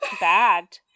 bad